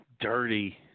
dirty